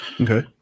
okay